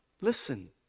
listen